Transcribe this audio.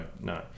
no